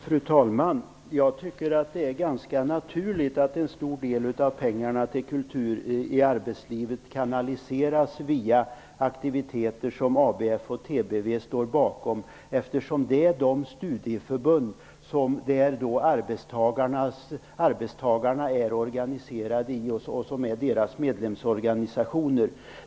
Fru talman! Jag tycker att det är ganska naturligt att en stor del av pengarna till kultur i arbetslivet kanaliseras via aktiviteter som ABF och TBV står bakom, eftersom det är i dessa studieförbund som arbetstagarna är organiserade. Dessa studieförbund är deras medlemsorganisationer.